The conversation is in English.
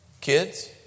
Kids